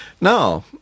Now